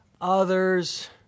Others